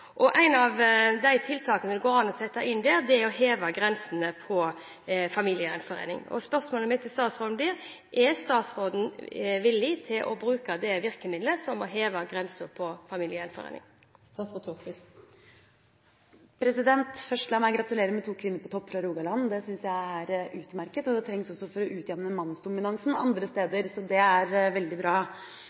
i arbeid fordi de gifter seg. Et av de tiltakene det går an å sette inn, er å heve aldersgrensen for familiegjenforening. Spørsmålet mitt til statsråden blir: Er statsråden villig til å bruke det virkemidlet det er å heve aldersgrensen for familiegjenforening? La meg først gratulere med to kvinner på topp fra Rogaland. Det syns jeg er utmerket, og det trengs for å utjevne mannsdominansen andre steder. Så det er veldig bra.